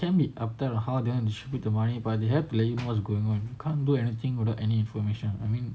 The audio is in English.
they can be uptight on how they want to split the money but they have to let you know what's going on you can't do anything without any information I mean